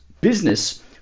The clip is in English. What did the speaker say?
business